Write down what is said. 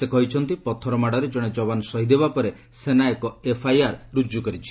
ସେ କହିଛନ୍ତି ପଥର ମାଡ଼ରେ ଜଣେ ଯବାନ ଶହିଦ୍ ହେବା ପରେ ସେନା ଏକ ଏଫ୍ଆଇଆର୍ ରୁଜୁ କରିଛି